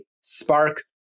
spark